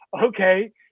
Okay